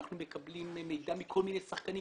אנחנו מקבלים מידע מכל מיני שחקנים,